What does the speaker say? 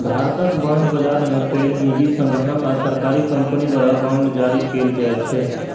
भारतक बांड बाजार मे पैघ निजी संगठन आ सरकारी कंपनी द्वारा बांड जारी कैल जाइ छै